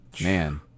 man